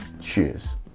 Cheers